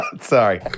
Sorry